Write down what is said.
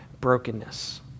brokenness